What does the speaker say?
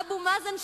אבו מאזן,